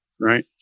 right